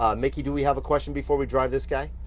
um miki, do we have a question before we drive this guy?